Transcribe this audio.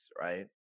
Right